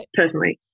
personally